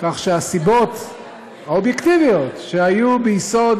כך שהסיבות האובייקטיביות שהיו ביסוד